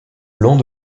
long